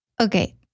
Okay